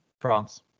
France